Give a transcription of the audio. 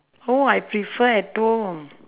oh I prefer at home